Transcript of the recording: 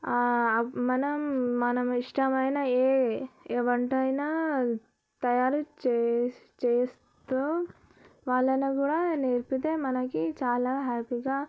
మనం మనం ఇష్టమైన ఏ ఏ వంట అయినా తయారు చే చేస్తూ వాళ్ళను కూడా నేర్పితే మనకి చాలా హ్యాపీగా